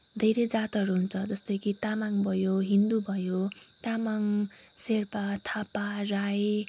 धेरै जातहरू हुन्छ जस्तो कि तामाङ भयो हिन्दु भयो तामाङ सेर्पा थापा राई